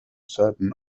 certain